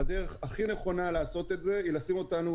הדרך הכי נכונה לעשות את זה היא לשים אותנו